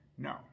No